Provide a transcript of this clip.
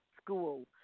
school